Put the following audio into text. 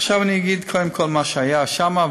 עכשיו אני אגיד קודם כול מה היה שם,